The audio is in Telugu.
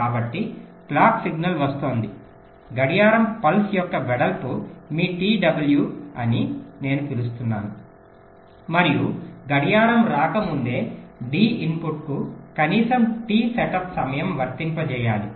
కాబట్టి క్లాక్ సిగ్నల్ వస్తోంది గడియారం పల్స్ యొక్క వెడల్పు మీ t w అని నేను పిలుస్తాను మరియు గడియారం రాకముందే D ఇన్పుట్కు కనీస టి సెటప్ సమయం వర్తింపజేయాలి